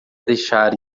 deixar